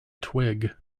twig